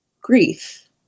grief